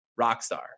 Rockstar